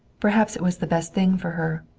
perhaps it was the best thing for her,